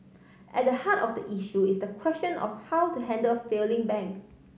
at a heart of the issue is the question of how to handle a failing bank